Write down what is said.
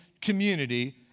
community